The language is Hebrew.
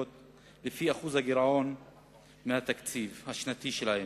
לפי שיעור הגירעונות בתקציב השנתי שלהן.